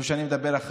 טוב שאני מדבר אחריך.